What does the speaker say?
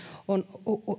on